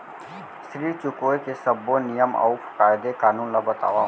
ऋण चुकाए के सब्बो नियम अऊ कायदे कानून ला बतावव